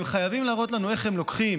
הם חייבים להראות לנו איך הם לוקחים